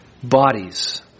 bodies